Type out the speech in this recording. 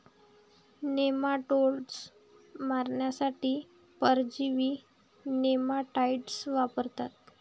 nematodes मारण्यासाठी परजीवी nematicides वापरतात